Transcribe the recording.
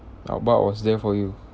was there for you